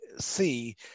see